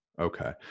Okay